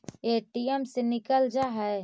ATM से निकल जा है?